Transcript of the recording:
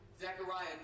Zechariah